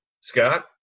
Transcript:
Scott